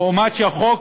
החוק